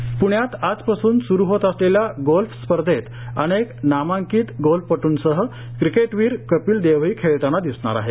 golf प्ण्यात आजपासून सुरू होत असलेल्या गोल्फ स्पर्धेत अनेक नामांकित गोल्फपटूंसह क्रिकेटवीर कपीलदेवही खेळताना दिसणार आहे